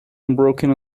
unbroken